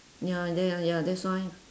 ya then !aiya! that's why